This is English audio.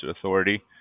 authority